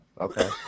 Okay